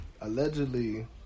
Allegedly